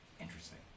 Interesting